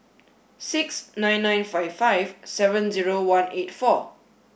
six nine nine five five seven zero one eight four